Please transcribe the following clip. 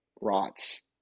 rots